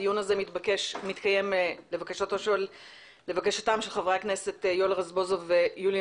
הדיון הזה מתקיים לבקשתם של חברי הכנסת יואל רזבוזוב ויוליה